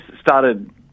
started